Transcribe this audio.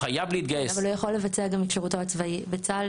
אבל הוא יכול לבצע גם את שירותו הצבאי בצה"ל.